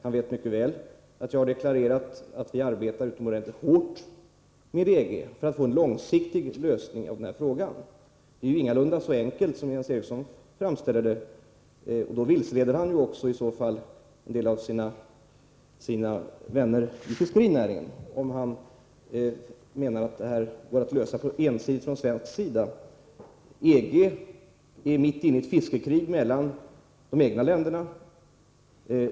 Han vet mycket väl att jag har deklarerat att vi arbetar utomordentligt hårt med EG för att få en långsiktig lösning av detta problem. Det är ju ingalunda så enkelt som Jens Eriksson framställer det. Han vilseleder också en del av sina vänner i fiskerinäringen, om han menar att problemet går att lösa ensidigt från svensk sida. EG är mitt inne i ett fiskekrig mellan de egna länderna.